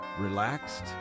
relaxed